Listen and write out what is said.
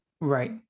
Right